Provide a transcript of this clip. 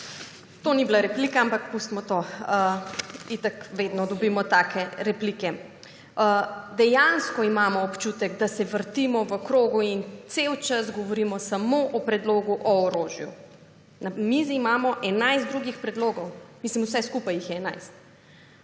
To ni bila replika, ampak pustimo to. Itak vedno dobimo take replike. Dejansko imamo občutek, da se vrtimo v krogu in celi čas govorimo samo o predlogu o orožju. Na mizi imajo 11 drugih predlogov, mislim, vse skupaj jih je 11.